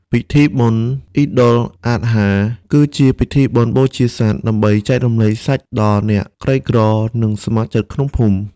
ពិធីបុណ្យ "អ៊ីដុលអាដហា" (Eid al-Adha) គឺជាពិធីបុណ្យបូជាសត្វ ដើម្បីចែករំលែកសាច់ដល់អ្នកក្រីក្រ និងសមាជិកក្នុងភូមិ។